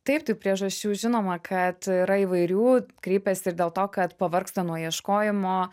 taip tai priežasčių žinoma kad yra įvairių kreipias ir dėl to kad pavargsta nuo ieškojimo